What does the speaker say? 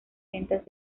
ventas